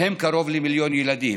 מהם קרוב למיליון ילדים.